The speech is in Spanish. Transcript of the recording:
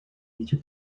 dicho